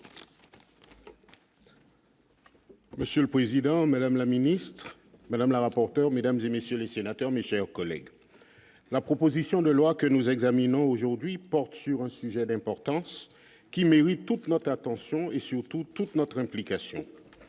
Monsieur le Président, Madame la Ministre Madame la rapporteur mesdames et messieurs les sénateurs, mais, chers collègues, la proposition de loi que nous examinons aujourd'hui porte sur un sujet d'importance qu'ils méritent, on flotte attention et surtout toute notre implication,